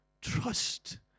trust